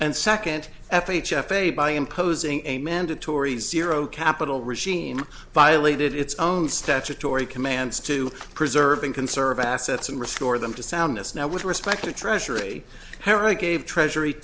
and second f h f a by imposing a mandatory zero capital regime violated its own statutory commands to preserving conserve assets and restore them to soundness now with respect to treasury harry gave treasury